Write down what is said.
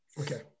Okay